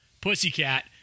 Pussycat